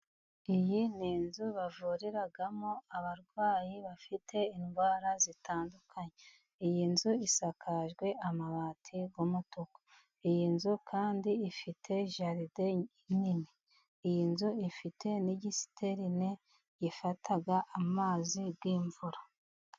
Iyi ni inzu bavuriragamo abarwayi bafite indwara zitandukanye. Iyi nzu isakajwe amabati y'umutuku. Iyi nzu kandi ifite Garden nini. Iyi nzu ifite ikigega gifata amazi y'imvura.